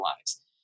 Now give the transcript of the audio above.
lives